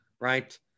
right